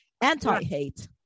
anti-hate